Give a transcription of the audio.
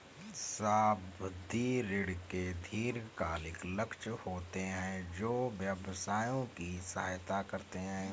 सावधि ऋण के दीर्घकालिक लक्ष्य होते हैं जो व्यवसायों की सहायता करते हैं